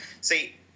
See